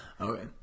Okay